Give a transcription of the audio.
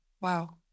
Wow